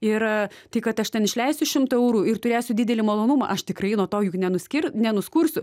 ir tai kad aš ten išleisiu šimtą eurų ir turėsiu didelį malonumą aš tikrai nuo to juk nenuskir ir nenuskursiu